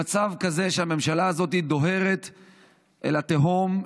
במצב כזה שהממשלה הזאת דוהרת אל התהום,